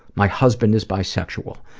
my husband is bisexual.